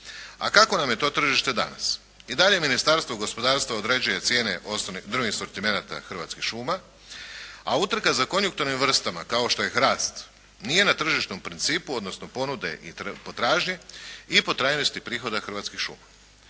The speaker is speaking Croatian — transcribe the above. A kakvo nam je to tržište danas. I dalje Ministarstvo gospodarstva određuje cijene drvnih asortimenata Hrvatskih šuma, a utrka za konjunkturnim vrstama kao što je hrast, nije na tržišnom principu, odnosno ponude i potražnje i po trajnosti prihoda Hrvatskih šuma.